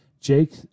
Jake